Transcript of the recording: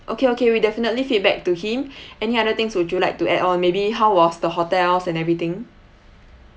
okay okay we definitely feedback to him any other things would you like to add on maybe how was the hotels and everything